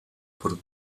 por